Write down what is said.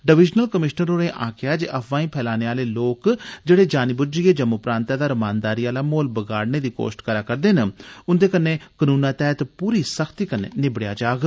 divisional commissioner होरें आक्खेया जे अफवांई फैलाने आलें लोक जेड़े जानी ब्ज्झियै जम्मू प्रांतै दा रमानदारी आला माहौल बगाड़ने दी कोश्ट करा करदे न उन्दे कन्नै कनूनै तैहत पूरी सख्ती कन्नै निबड़ेया जाग